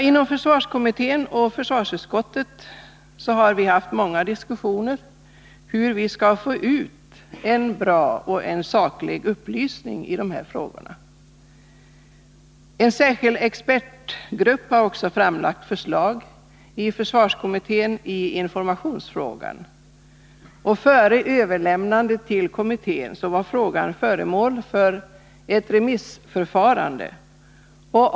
Inom försvarskommittén och försvarsutskottet har vi haft många diskussioner om hur vi skall få ut en bra och saklig upplysning i de här frågorna. En särskild expertgrupp har också framlagt förslag till försvarskommittén i informationsfrågan. Förslaget hade dessförinnan varit föremål för ett remissförfarande.